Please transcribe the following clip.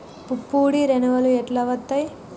పుప్పొడి రేణువులు ఎట్లా వత్తయ్?